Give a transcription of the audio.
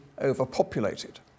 overpopulated